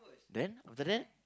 then after that